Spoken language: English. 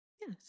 Yes